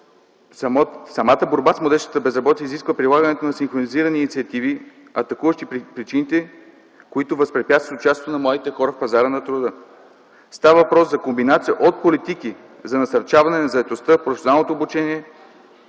самата борба с младежката безработица изисква прилагането на синхронизирани инициативи, атакуващи причините, които възпрепятстват участието на младите хора в пазара на труда. Става въпрос за комбинация от политики за насърчаване на заетостта, професионалното обучение,